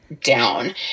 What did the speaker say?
down